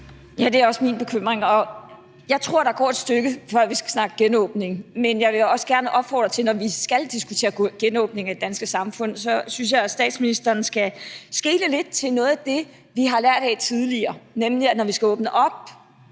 Ja, det er også min bekymring, og jeg tror, at der går et stykke tid, før vi skal snakke genåbning. Men jeg vil jo også gerne sige, når vi skal diskutere en genåbning af det danske samfund, at jeg synes, at statsministeren skal skele lidt til noget af det, som vi har lært af tidligere, nemlig at vi, når vi skal åbne op